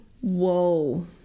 Whoa